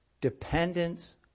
Dependence